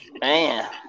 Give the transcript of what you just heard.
Man